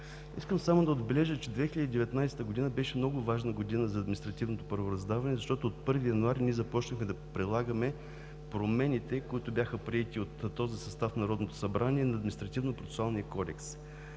Искам само да отбележа, че 2019 г. беше много важна година за административното правораздаване, защото от 1 януари ние започнахме да прилагаме промените, които бяха приети от този състав на Народното събрание, на Административнопроцесуалния кодекс.